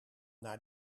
naar